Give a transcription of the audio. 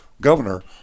governor